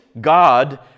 God